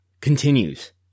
continues